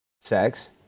sex